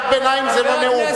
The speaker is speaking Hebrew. קריאת ביניים זה לא נאום.